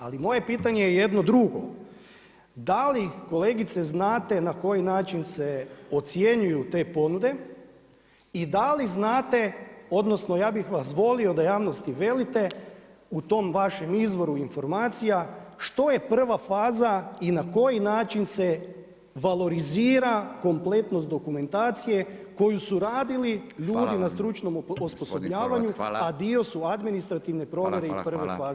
Ali moje pitanje je jedno drugo da li kolegice znate na koji način se ocjenjuju te ponude i da li znate odnosno ja bih vas molio da javnosti velite, u tom vašem izvoru informacija što je prva faza i na koji način se valorizira kompletnost dokumentacije koju su radili ljudi na stručnom osposobljavanju a dio su administrativne provjere i prve faze